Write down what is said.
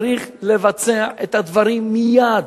צריך לבצע את הדברים מייד,